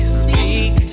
speak